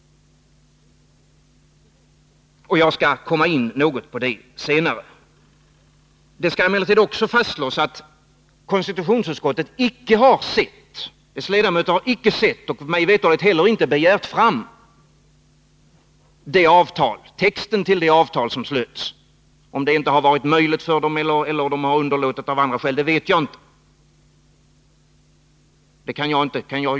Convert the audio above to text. Jag skall komma in något på detta senare. Det skall emellertid också fastslås att konstitutionsutskottets ledamöter inte har sett och, mig veterligt, inte heller har begärt fram texten till det avtal som slöts. Om det inte har varit möjligt för dem eller om de har underlåtit detta av andra skäl vet jag inte. Det kan jag inte kontrollera.